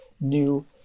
new